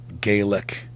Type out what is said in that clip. Gaelic